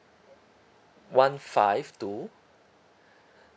one five two